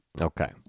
Okay